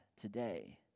today